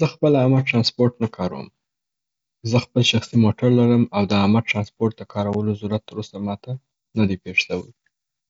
زه خپله عامه ټرانسپورټ نه کاروم. زه خپل شخصی موټر لرم او د عامه ټرانسپورټ د کارولو ضرورت تر اوسه ماته نه دی پیش سوي.